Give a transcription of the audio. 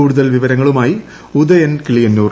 കൂടുതൽ വിവരങ്ങളുമായി ഉദ്ദയ്ൻ കിളിയന്നൂർ